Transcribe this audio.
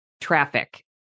traffic